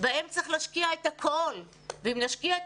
בהם צריך להשקיע את הכול ואם נשקיע את